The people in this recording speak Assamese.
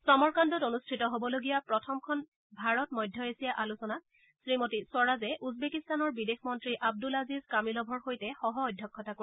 সমৰকাণ্ডত অনুষ্ঠিত হ'বলগা প্ৰথমখন ভাৰত মধ্য এছিয়া আলোচনাত শ্ৰীমতী স্বৰাজে উজবেকিস্তানৰ বিদেশ মন্ত্ৰী আব্দুলাজিজ কামিলভৰ সৈতে সহঃ অধ্যক্ষতা কৰিব